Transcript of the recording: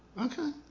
Okay